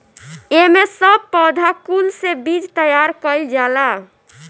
एमे सब पौधा कुल से बीज तैयार कइल जाला